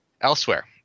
elsewhere